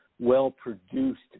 well-produced